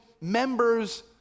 members